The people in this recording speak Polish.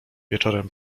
wieczorem